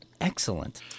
Excellent